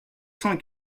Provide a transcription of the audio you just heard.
cent